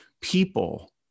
People